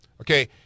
Okay